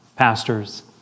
Pastors